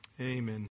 Amen